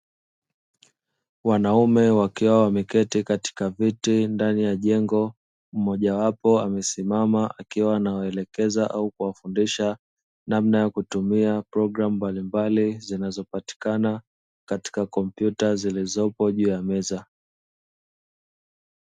Wanaume wakiwa wameketi katika viti ndani ya jengo, mmoja wao amesimama akiwa anawaelekeza ama kuwafundisha namna ya kutumia programu mbalimbali zinazopatikana katika kompyuta zilizopo juu ya meza.